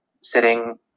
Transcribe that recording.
sitting